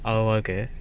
அவன்:avan okay